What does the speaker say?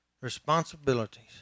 Responsibilities